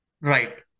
Right